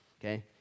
okay